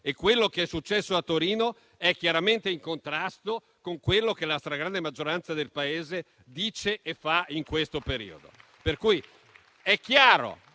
Quello che è successo a Torino è chiaramente in contrasto con quanto la stragrande maggioranza del Paese dice e fa in questo periodo. È chiaro